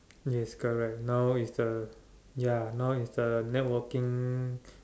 yes correct now is the ya now it's the networking